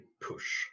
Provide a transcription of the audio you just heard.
push